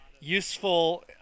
useful